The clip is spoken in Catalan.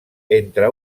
entre